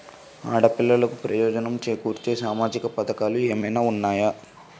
ఆడపిల్లలకు ప్రయోజనం చేకూర్చే సామాజిక పథకాలు ఏమైనా ఉన్నాయా?